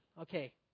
Okay